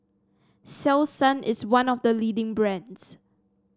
selsun is one of the leading brands